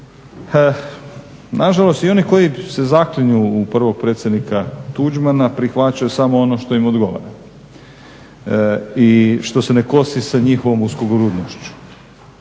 Nažalost, i oni koji se zaklinju u prvog predsjednika Tuđmana prihvaćaju samo ono što im odgovara i što se ne kosi sa njihovom uskogrudnošću.